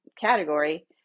category